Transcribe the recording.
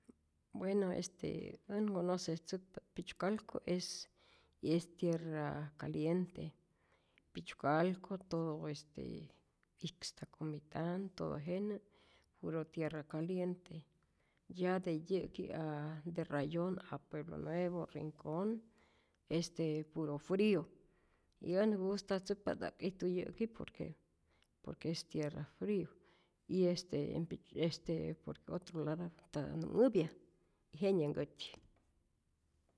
Bueno este än nkonocetzäkpa't pichucalco es es tierra caliente, pichucalco todo este ixtacomitan, todo jenä puro tierra caliente, ya de yäki a de rayon a pueblo nuevo, rincon este puro frio, y ät ngustatzäkpa't ja'k ijtu yä'ki por que por que es tierra frio y este en pich este por que otro lado ntatä nu'nhäpya, y jenyajkätyi.